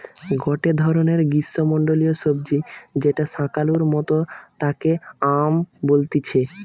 গটে ধরণের গ্রীষ্মমন্ডলীয় সবজি যেটা শাকালুর মতো তাকে য়াম বলতিছে